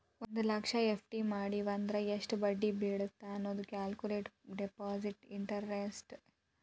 ಒಂದ್ ಲಕ್ಷ ಎಫ್.ಡಿ ಮಡಿವಂದ್ರ ಎಷ್ಟ್ ಬಡ್ಡಿ ಬೇಳತ್ತ ಅನ್ನೋದ ಕ್ಯಾಲ್ಕುಲೆಟ್ ಡೆಪಾಸಿಟ್ ಇಂಟರೆಸ್ಟ್ ಅಂತ